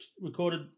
recorded